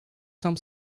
some